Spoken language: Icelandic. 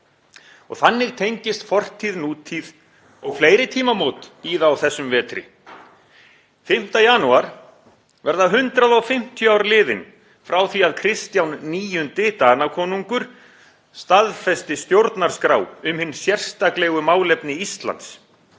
Þannig tengist fortíð nútíð og fleiri tímamót bíða á þessum vetri. 5. janúar verða 150 ár liðin frá því að Kristján IX. Danakonungur staðfesti stjórnarskrá um hin sérstaklegu málefni Íslands,